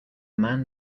man